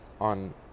on